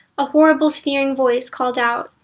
a horribly sneering voice called out,